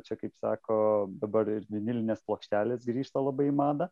čia kaip sako dabar ir vinilinės plokštelės grįžta labai į madą